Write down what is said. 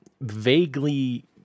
vaguely